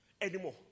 anymore